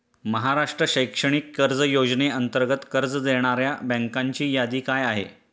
महाराष्ट्र शैक्षणिक कर्ज योजनेअंतर्गत कर्ज देणाऱ्या बँकांची यादी काय आहे?